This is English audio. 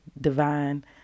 divine